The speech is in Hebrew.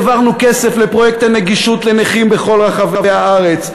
העברנו כסף לפרויקט הנגישות לנכים בכל רחבי הארץ.